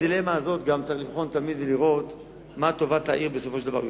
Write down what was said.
בדילמה הזאת גם צריך לבחון תמיד ולראות מה טובת העיר בסופו של דבר.